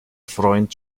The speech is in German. freund